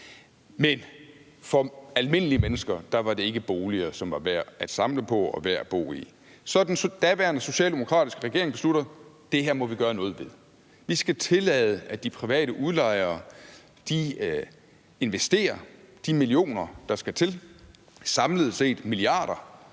Men for almindelige mennesker var det ikke boliger, som var værd at samle på og værd at bo i. Så den daværende socialdemokratiske regering beslutter: Det her må vi gøre noget ved; vi skal tillade, at de private udlejere investerer de millioner, der skal til – samlet set milliarder